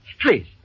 Please